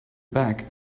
back